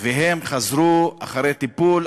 והם חזרו אחרי טיפול,